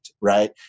right